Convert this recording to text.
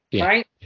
right